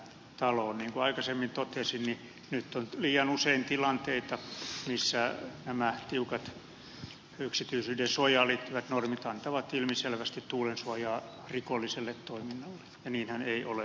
niin kuin aikaisemmin totesin nyt on liian usein tilanteita missä nämä tiukat yksityisyyden suojaan liittyvät normit antavat ilmiselvästi tuulensuojaa rikolliselle toiminnalle ja niinhän ei ole tarkoitettu